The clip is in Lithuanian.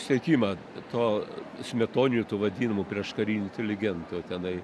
siekimą to smetoninių tų vadinamų prieškarių inteligentų tenai